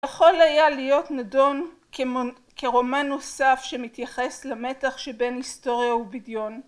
יכול היה להיות נדון כרומן נוסף שמתייחס למתח שבין היסטוריה ובדיון.